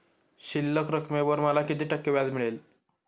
शिल्लक रकमेवर मला किती टक्के व्याज मिळेल?